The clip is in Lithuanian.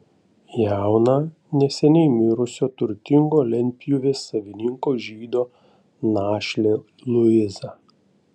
jauną neseniai mirusio turtingo lentpjūvės savininko žydo našlę luizą